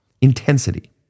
intensity